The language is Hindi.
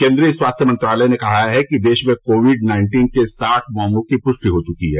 केन्द्रीय स्वास्थ्य मंत्रालय ने कहा है कि देश में कोविड नाइन्टीन के साठ मामलों की पृष्टि हो चुकी है